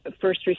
first